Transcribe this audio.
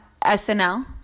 SNL